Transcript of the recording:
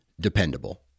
dependable